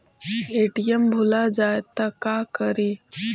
ATM भुला जाये त का करि?